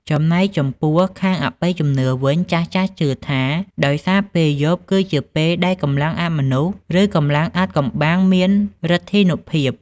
ចំណែកចំពោះខាងអបិយជំនឿវិញ ចាស់ៗជឿថាដោយសារពេលយប់គឺជាពេលដែលកម្លាំងអមនុស្ស ឬកម្លាំងអាថ៌កំបាំងមានឬទ្ធានុភាព។